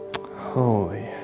holy